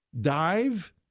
dive